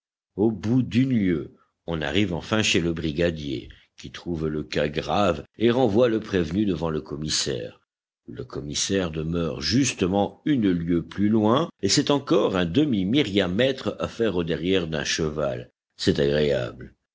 au bout d'une lieue on arrive enfin chez le brigadier qui trouve le cas grave et renvoie le prévenu devant le commissaire le commissaire demeure justement une lieue plus loin et c'est encore un demi myriamètre à faire au derrière d'un cheval c'est agréable